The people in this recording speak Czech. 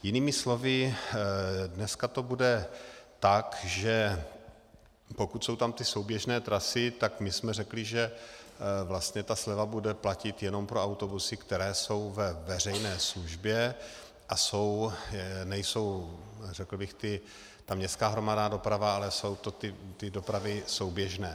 Jinými slovy, dneska to bude tak, že pokud jsou tam ty souběžné trasy, tak my jsme řekli, že vlastně ta sleva bude platit jenom pro autobusy, které jsou ve veřejné službě a nejsou, řekl bych, ta městská hromadná doprava, ale jsou to ty dopravy souběžné.